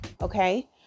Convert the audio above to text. okay